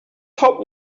top